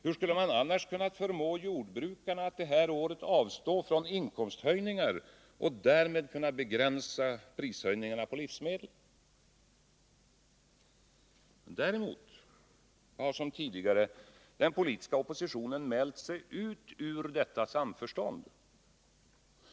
Hur skulle man annars kunnat förmå jordbrukarna att det här året avstå från inkomsthöjningar och därmed kunna begränsa prishöjningarna på livsmedel? Däremot har som tidigare den politiska oppositionen mält sig ur detta samförstånd.